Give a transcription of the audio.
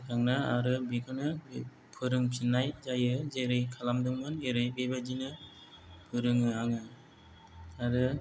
आरो बेखौनो फोरोंफिननाय जायो जेरै खालामदोंमोन एरै बेबादिनो फोरोङो आङो आरो